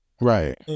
right